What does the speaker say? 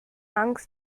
angst